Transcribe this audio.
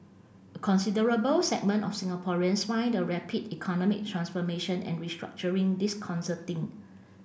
a considerable segment of Singaporeans find the rapid economic transformation and restructuring disconcerting